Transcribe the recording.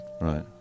Right